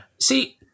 See